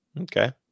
okay